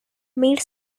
made